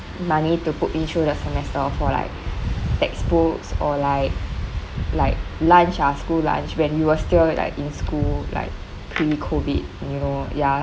money to put me through the semester or for like textbooks or like like lunch ah school lunch when we were still like in school like pre COVID you know ya